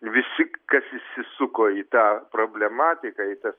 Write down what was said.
visi kas įsisuko į tą problematiką į tas